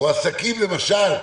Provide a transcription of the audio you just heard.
או עסקים, למשל,